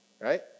right